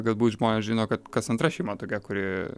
galbūt žmonės žino kad kas antra šeima tokia kuri